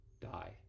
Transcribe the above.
die